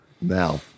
now